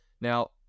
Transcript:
Now